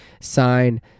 sign